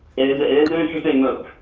it it is an interesting move.